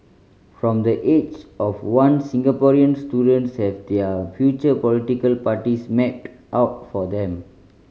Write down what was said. from the age of one Singaporean students have their future political parties mapped out for them